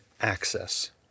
access